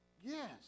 Yes